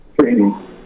training